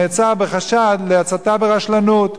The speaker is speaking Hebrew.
נעצר בחשד להצתה ברשלנות.